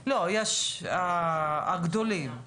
לא, הגדולים,